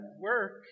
work